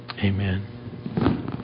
Amen